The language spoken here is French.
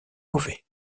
mauvais